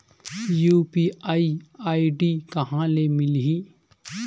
UPI ID कहां ले मिलही?